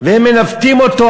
והם מנווטים אותו,